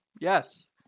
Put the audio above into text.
Yes